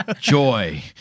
joy